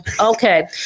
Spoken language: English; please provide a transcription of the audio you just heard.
Okay